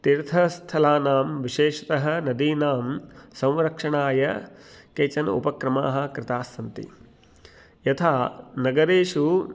तीर्थस्थलानां विशेषतः नदीनां संरक्षणाय केचन उपक्रमाः कृतास्सन्ति यथा नगरेषु